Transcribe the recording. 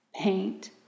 paint